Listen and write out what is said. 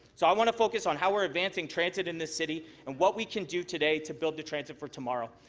so i want to focus on how we're advancng transit in this city and what we can do today to build a transit for tomorrow.